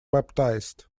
baptized